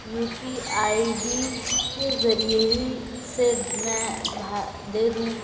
you P I D کے ذریعے ہی سے میں بھا دے دوں